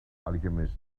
alchemist